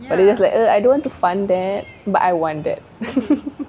but it's like uh I don't want to fund that but I want that